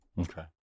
Okay